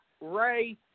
Ray